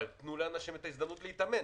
אבל תנו לאנשים את ההזדמנות להתאמן.